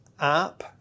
app